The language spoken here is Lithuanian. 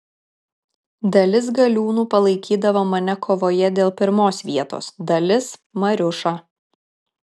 dalis galiūnų palaikydavo mane kovoje dėl pirmos vietos dalis mariušą